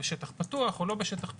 בשטח פתוח או לא בשטח פתוח,